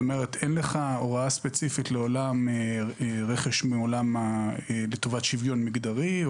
כלומר אין לך הוראה ספציפית בעולם הרכש לטובת שוויון מגדרי,